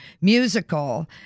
musical